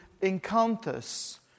encounters